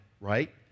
right